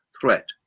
threat